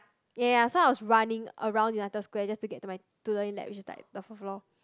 ya ya ya so I was running around United Square just to get to my to Learning Lab which is like the fourth floor